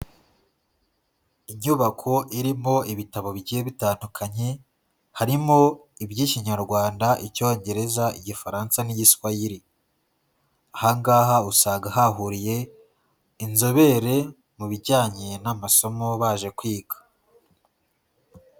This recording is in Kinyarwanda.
Inyubako irimo ibitabo bigiye bitandukanye, harimo iby'Ikinyarwanda, Icyongereza, Igifaransa n'Igiswahili. Aha ngaha usanga hahuriye inzobere mu bijyanye n'amasomo, baje kwiga.